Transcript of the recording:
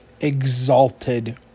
exalted